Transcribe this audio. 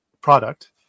product